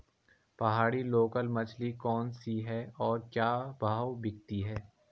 पहाड़ी लोकल मछली कौन सी है और क्या भाव बिकती है?